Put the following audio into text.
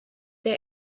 der